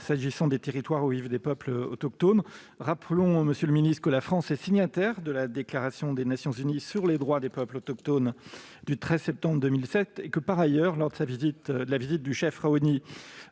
s'agissant des territoires où vivent des peuples autochtones. Monsieur le ministre, je rappelle que la France est signataire de la déclaration des Nations unies sur les droits des peuples autochtones du 13 septembre 2007. Par ailleurs, lors de la visite du chef Raoni,